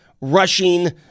rushing